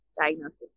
diagnosis